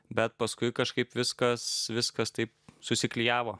bet paskui kažkaip viskas viskas taip susiklijavo